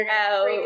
out